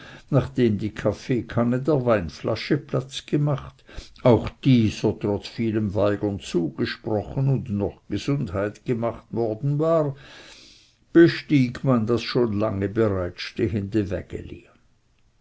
nachdem die kaffeekanne der weinflasche platz gemacht auch dieser trotz vielem weigern zugesprochen und noch gesundheit gemacht worden war bestieg man das schon lange